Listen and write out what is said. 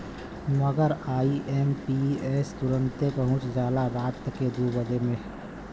मगर आई.एम.पी.एस तुरन्ते पहुच जाला राट के दुइयो बजे